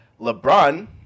lebron